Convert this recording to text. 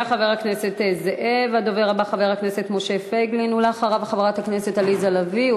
חברת הכנסת עליזה לביא,